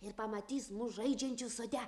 ir pamatys mus žaidžiančius sode